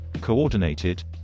coordinated